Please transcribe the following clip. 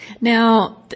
Now